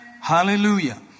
Hallelujah